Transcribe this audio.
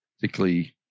particularly